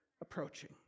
approaching